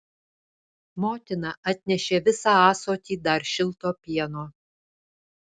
motina atnešė visą ąsotį dar šilto pieno